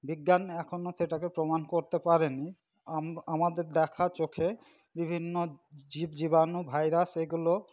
বিজ্ঞান এখনো সেটাকে প্রমান করতে পারেনি আম আমাদের দেখা চোখে বিভিন্ন জীব জীবাণু ভাইরাস এগুলো